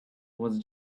was